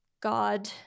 God